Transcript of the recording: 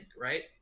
right